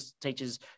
teachers